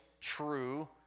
true